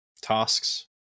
tasks